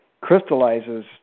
crystallizes